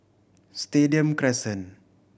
Stadium Crescent